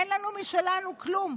אין לנו משלנו כלום.